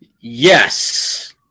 Yes